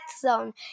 zone